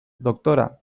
doctora